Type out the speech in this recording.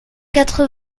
quatre